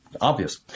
obvious